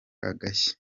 agashyi